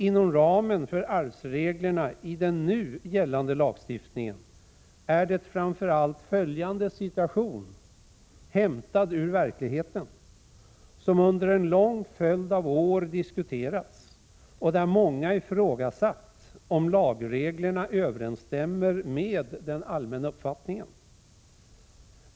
Inom ramen för arvsreglerna i den nu gällande lagstiftningen är det framför allt följande situation, hämtad ur verkligheten, som under en lång följd av år diskuterats. Många har ifrågasatt om lagreglerna överensstämmer med den allmänna uppfattningen.